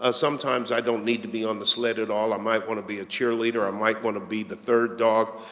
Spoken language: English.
sometimes i don't need to be on the sled at all, i might want to be a cheer leader, i might want to be the third dog.